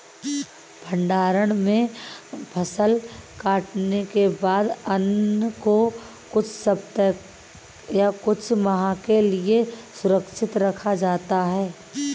भण्डारण में फसल कटने के बाद अन्न को कुछ सप्ताह या कुछ माह के लिये सुरक्षित रखा जाता है